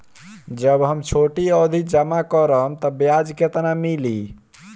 जब हम छोटी अवधि जमा करम त ब्याज केतना मिली?